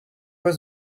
quoi